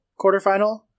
quarterfinal